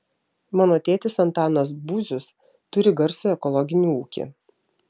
mano tėtis antanas būzius turi garsų ekologinį ūkį